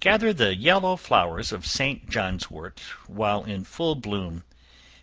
gather the yellow flowers of st. johnswort while in full bloom